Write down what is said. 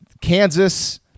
Kansas